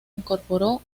incorporó